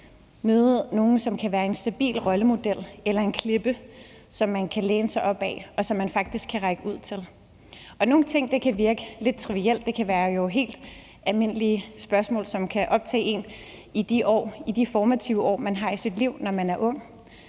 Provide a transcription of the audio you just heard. møde nogle, som kan være en stabil rollemodel eller en klippe, som de kan læne sig op ad, og som de faktisk kan række ud til. Nogle ting kan virke lidt trivielt. Det kan jo være helt almindelige spørgsmål, som kan optage en i de formative år, man har i sit liv, når man er ung,